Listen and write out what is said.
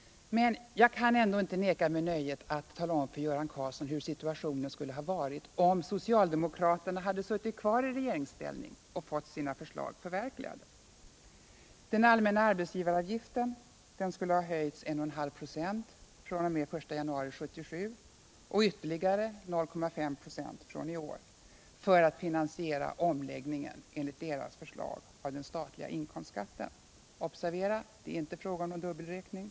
Jag kan ändå inte neka mig nöjet att tala om för Göran Karlsson hur situationen skulle ha varit, om socialdemokraterna suttit kvar i regeringsställning och fått sina förslag förverkligade. Den allmänna arbetsgivaravgiften skulle ha höjts med 1,5 procentenheter från den 1 januari 1977 och med ytterligare 0,5 procentenheter från i år för att enligt deras förslag finansiera omläggningen av den statliga inkomstskatten. Observera att det inte är fråga om någon dubbelräkning.